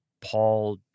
Paul